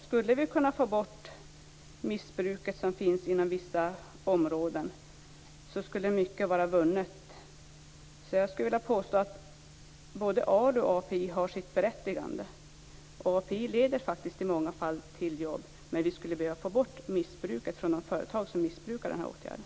Skulle vi kunna få bort det missbruk som finns inom vissa områden skulle mycket vara vunnet. Jag skulle alltså vilja påstå att både ALU och API har sitt berättigande. API leder faktiskt i många fall till jobb, men vi skulle behöva få bort missbruket bland de företag som missbrukar den här åtgärden.